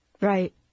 Right